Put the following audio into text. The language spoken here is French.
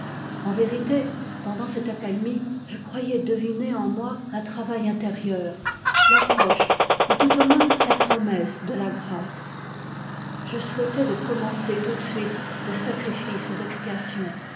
en vérité pendant cette accalmie je croyais deviner en moi un travail intérieur l'approche ou tout au moins la promesse de la grâce je souhaitais de commencer tout de suite le sacrifice d'expiation